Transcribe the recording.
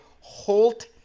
Holt